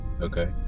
Okay